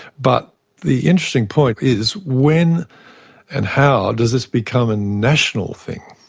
but the interesting point is when and how does this become a national thing?